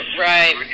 Right